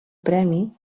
premi